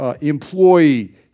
employee